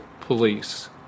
police